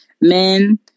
Men